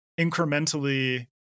incrementally